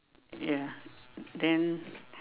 ya then